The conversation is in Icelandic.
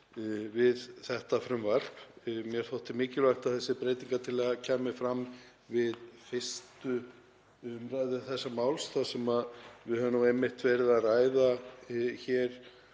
við þetta frumvarp. Mér þótti mikilvægt að þessi breytingartillaga kæmi fram við 1. umræðu þessa máls þar sem við höfðum einmitt verið að ræða